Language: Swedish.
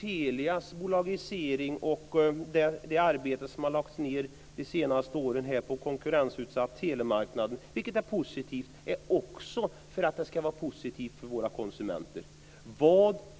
Telias bolagisering, och i det fallet har det lagts ned mycket arbete på att konkurrensutsätta telemarknaden, vilket är positivt också för konsumenterna.